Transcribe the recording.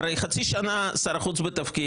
הרי חצי שנה שר החוץ בתפקיד.